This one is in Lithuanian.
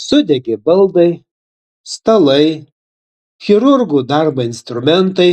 sudegė baldai stalai chirurgų darbo instrumentai